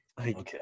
Okay